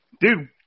Dude